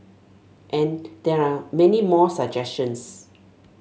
and there are many more suggestions